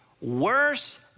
worse